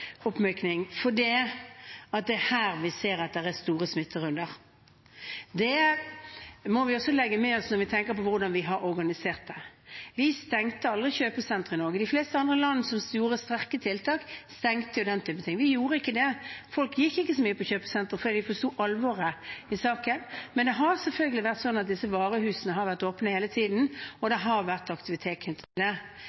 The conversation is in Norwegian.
det er her vi ser at det er store smitterunder. Det må vi også ta med oss når vi tenker på hvordan vi har organisert det. Vi stengte aldri kjøpesentrene i Norge. De fleste andre land som satte inn sterke tiltak, stengte jo den type ting. Vi gjorde ikke det. Folk gikk ikke så mye på kjøpesentre, fordi de forsto alvoret i saken. Men det har selvfølgelig vært slik at disse varehusene har vært åpne hele tiden, og